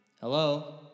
Hello